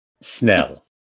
Snell